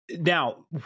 Now